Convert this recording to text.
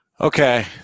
Okay